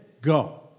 Go